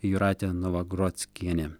jūratė novagrockienė